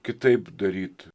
kitaip daryt